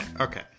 okay